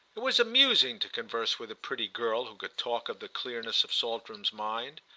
it was amusing to converse with a pretty girl who could talk of the clearness of saltram's mind.